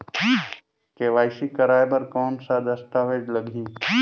KYC कराय बर कौन का दस्तावेज लगही?